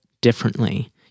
differently